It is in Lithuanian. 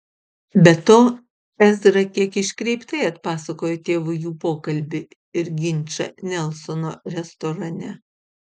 be to ezra kiek iškreiptai atpasakojo tėvui jų pokalbį ir ginčą nelsono restorane